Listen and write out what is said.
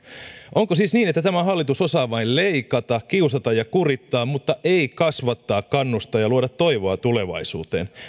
onko siis niin että tämä hallitus osaa vain leikata kiusata ja kurittaa mutta ei kasvattaa kannustaa ja luoda toivoa tulevaisuuteen